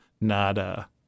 nada